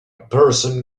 person